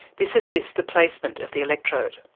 this assists the placement of the electrode.